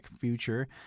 future